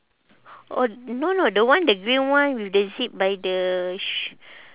orh no no the one the green one with the zip by the sh~